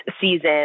season